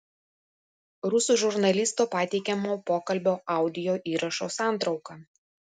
rusų žurnalistų pateikiamo pokalbio audio įrašo santrauka